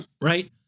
right